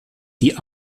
die